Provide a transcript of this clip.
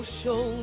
show